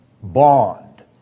bond